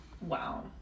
wow